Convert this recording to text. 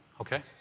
okay